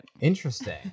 Interesting